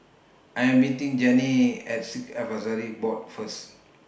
I Am meeting Janey At Sikh Advisory Board First